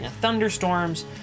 thunderstorms